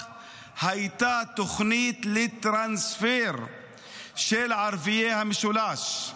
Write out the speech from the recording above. הייתה תוכנית לטרנספר של ערביי המשולש.